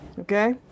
Okay